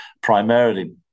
primarily